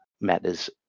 metas